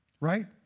right